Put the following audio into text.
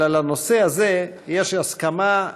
אבל על הנושא הזה יש הסכמה,